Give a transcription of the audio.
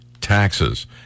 taxes